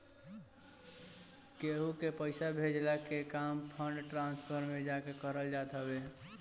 केहू के पईसा भेजला के काम फंड ट्रांसफर में जाके करल जात हवे